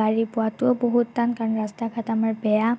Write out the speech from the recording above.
গাড়ী পোৱাটোও বহুত টান কাম কাৰণ ৰাস্তা ঘাট আমাৰ বেয়া